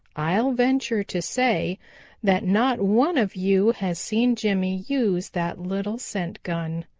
i'll venture to say that not one of you has seen jimmy use that little scent gun.